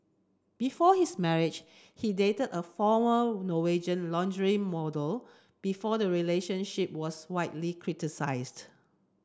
before his marriage he dated a former Norwegian lingerie model before the relationship was widely criticised